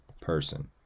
person